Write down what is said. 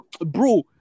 bro